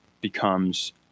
becomes